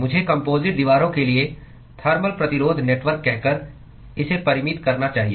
मुझे कंपोजिट दीवारों के लिए थर्मल प्रतिरोध नेटवर्क कहकर इसे परिमित करना चाहिए